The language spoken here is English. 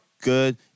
good